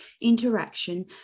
interaction